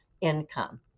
income